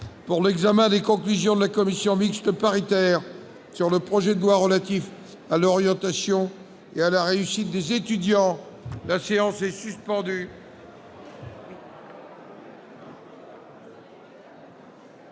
pour l'examen des conclusions de la commission mixte paritaire sur le projet de loi relatif à l'orientation et à la réussite des étudiants, la séance est suspendue.